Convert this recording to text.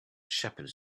shepherds